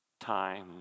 time